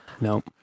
No